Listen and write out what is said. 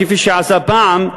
כפי שעשה פעם,